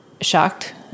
shocked